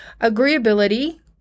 agreeability